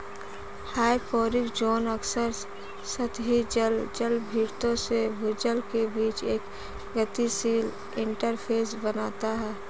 hyporheic zone अक्सर सतही जल जलभृतों से भूजल के बीच एक गतिशील इंटरफ़ेस बनाता है